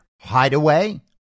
hideaway